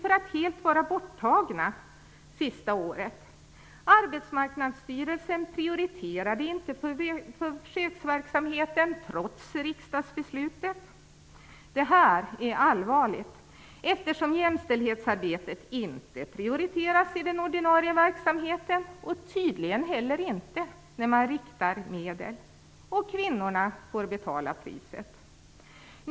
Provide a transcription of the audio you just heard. Det är helt borttagna sista året. Arbetsmarknadsstyrelsen prioriterade inte försöksverksamheten trots riksdagsbeslutet. Det är allvarligt eftersom jämställdhetsarbetet inte prioriteras i den ordinarie verksamheten och tydligen inte heller när man riktar medel. Kvinnorna får betala priset.